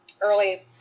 early